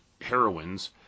heroines